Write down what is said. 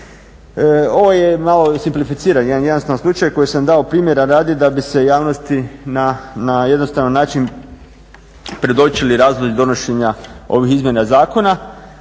Ovo je malo simplificiranje jedan jednostavan slučaj koji sam dao primjera radi da bi se javnosti na jednostavan način predočili razlozi donošenja ovih izmjena zakona.